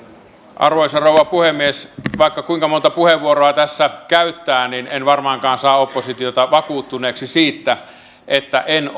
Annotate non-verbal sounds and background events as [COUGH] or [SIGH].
arvoisa rouva puhemies vaikka kuinka monta puheenvuoroa tässä käyttää niin en varmaankaan saa oppositiota vakuuttuneeksi siitä että en [UNINTELLIGIBLE]